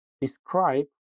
describe